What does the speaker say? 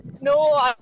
No